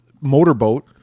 motorboat